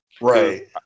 Right